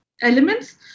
elements